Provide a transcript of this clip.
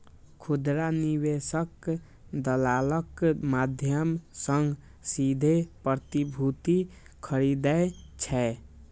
खुदरा निवेशक दलालक माध्यम सं सीधे प्रतिभूति खरीदै छै